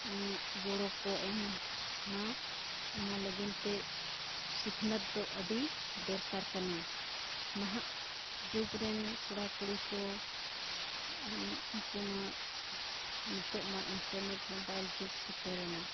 ᱜᱚᱲᱚ ᱠᱚ ᱮᱢᱟ ᱚᱱᱟ ᱞᱟᱹᱜᱤᱫ ᱛᱮ ᱥᱤᱠᱷᱱᱟᱹᱛ ᱫᱚ ᱟᱹᱰᱤ ᱫᱚᱨᱠᱟᱨ ᱠᱟᱱᱟ ᱱᱟᱦᱟᱜ ᱡᱩᱜᱽ ᱨᱮᱱ ᱠᱚᱲᱟᱼᱠᱩᱲᱤ ᱠᱚ ᱩᱱᱠᱩ ᱢᱟ ᱱᱤᱛᱳᱜ ᱢᱟ ᱤᱱᱴᱟᱨᱱᱮᱴ ᱢᱳᱵᱟᱭᱤᱞ ᱡᱩᱜᱽ ᱥᱮᱴᱮᱨᱮᱱᱟ